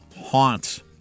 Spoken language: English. haunts